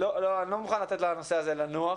לא מוכן לתת לנושא הזה לנוח,